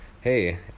hey